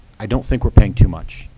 i don't think we're paying too much,